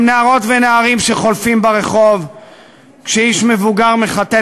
הם נערות ונערים שחולפים ברחוב כשאיש מבוגר מחטט